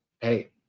hey